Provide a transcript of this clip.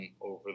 over